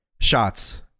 shots